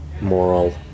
moral